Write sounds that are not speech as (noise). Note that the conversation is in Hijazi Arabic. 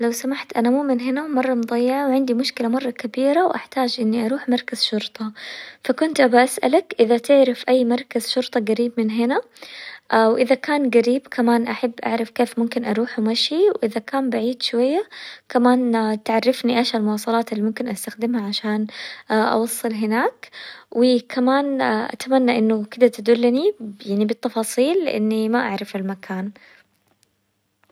لو سمحت أنا مو من هنا مرة مضيعة وعندي مشكلة مرة كبيرة وأحتاج إني اروح مركز شرطة، فكنت أبا أسألك اذا تعرف اي مركز شرطة قريب من هنا، (hesitation) وإذا كان قريب كمان أحب أعرف كيف ممكن أروحه مشي؟ واذا كان بعيد شوية كمان تعرفني إيش المواصلات اللي ممكن استخدمها عشان (hesitation) أوصل هناك؟ وكمان (hesitation) أتمنى إنه كذا تدلني يعني بالتفاصيل لإني ما أعرف المكان.